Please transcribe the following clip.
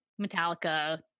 metallica